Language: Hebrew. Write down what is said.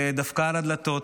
ודפקה על הדלתות.